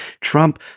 Trump